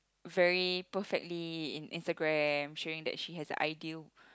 very perfectly in Instagram showing that she has a ideal